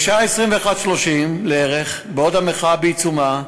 בשעה 21:30 לערך, בעוד המחאה בעיצומה,